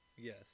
Yes